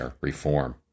reform